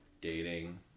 dating